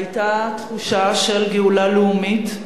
היתה תחושה של גאולה לאומית,